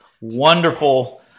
wonderful